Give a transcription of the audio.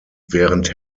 während